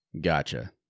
Gotcha